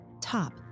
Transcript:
top